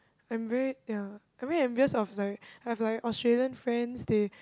I'm very ya I'm very envious of like I have like Australian friends they